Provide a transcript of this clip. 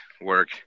work